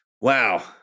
Wow